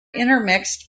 intermixed